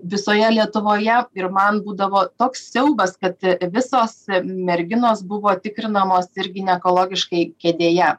visoje lietuvoje ir man būdavo toks siaubas kad visos merginos buvo tikrinamos irgi neekologiškai kėdėje